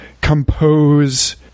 compose